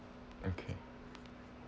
okay